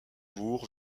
bourg